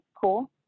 cool